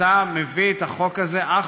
לכולם ברור שאתה מביא את החוק הזה אך